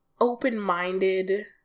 open-minded